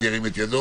מי נגד?